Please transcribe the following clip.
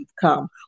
come